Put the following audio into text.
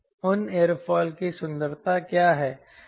उन एयरोफिल की सुंदरता क्या है